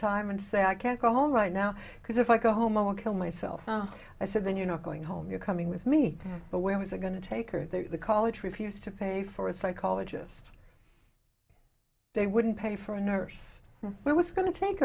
time and say i can't go home right now because if i go home alone kill myself and i said then you know going home you're coming with me but where was i going to take or the college refused to pay for a psychologist they wouldn't pay for a nurse when i was going to take